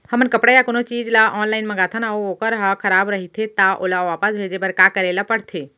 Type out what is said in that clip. हमन कपड़ा या कोनो चीज ल ऑनलाइन मँगाथन अऊ वोकर ह खराब रहिये ता ओला वापस भेजे बर का करे ल पढ़थे?